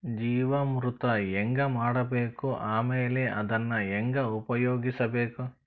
ಜೀವಾಮೃತ ಹೆಂಗ ಮಾಡಬೇಕು ಆಮೇಲೆ ಅದನ್ನ ಹೆಂಗ ಉಪಯೋಗಿಸಬೇಕು?